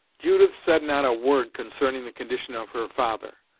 judith said not a word concerning the condition of her father,